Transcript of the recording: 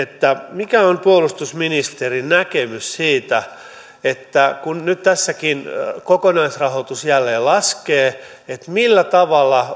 mikä on puolustusministerin näkemys siitä kun nyt tässäkin kokonaisrahoitus jälleen laskee millä tavalla